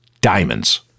diamonds